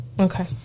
Okay